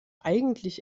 eigentlich